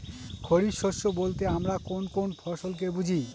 খরিফ শস্য বলতে আমরা কোন কোন ফসল কে বুঝি?